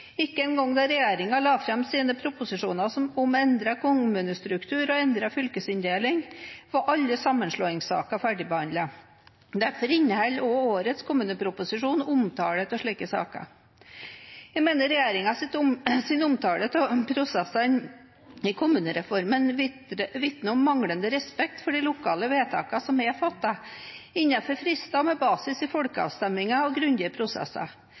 ikke fikk ønsket tilslutning. Ikke engang da regjeringen la fram sine proposisjoner om endret kommunestruktur og endret fylkesinndeling, var alle sammenslåingssaker ferdigbehandlet. Derfor inneholder også årets kommuneproposisjon omtale av slike saker. Jeg mener regjeringens omtale av prosessene i kommunereformen vitner om manglende respekt for de lokale vedtakene som er fattet innenfor frister og med basis i folkeavstemninger og grundige prosesser.